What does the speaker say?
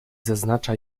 zaznacza